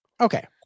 Okay